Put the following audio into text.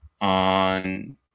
on